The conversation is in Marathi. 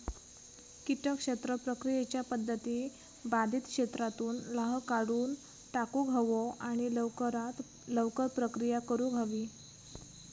किटक क्षेत्र प्रक्रियेच्या पध्दती बाधित क्षेत्रातुन लाह काढुन टाकुक हवो आणि लवकरात लवकर प्रक्रिया करुक हवी